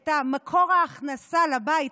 את מקור ההכנסה לבית,